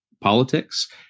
politics